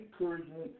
encouragement